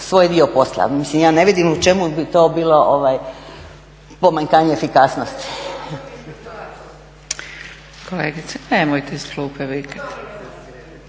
svoj dio posla. Mislim ja ne vidim u čemu bi to bilo pomanjkanje efikasnosti.